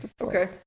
okay